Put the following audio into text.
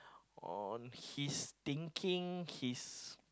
on his thinking his